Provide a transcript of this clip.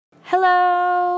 Hello